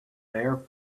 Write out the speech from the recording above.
there